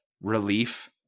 relief